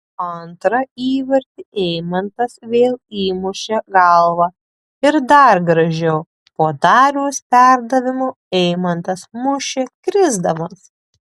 antrą įvartį eimantas vėl įmušė galva ir dar gražiau po dariaus perdavimo eimantas mušė krisdamas